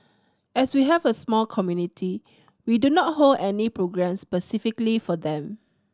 as we have a small community we do not hold any programmes specifically for them